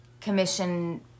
commission